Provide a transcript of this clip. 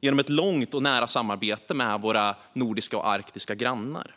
Vi har ett långvarigt och nära samarbete med våra nordiska och arktiska grannar.